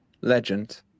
legend